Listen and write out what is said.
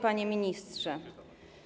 Panie Ministrze!